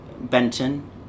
Benton